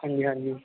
ਹਾਂਜੀ ਹਾਂਜੀ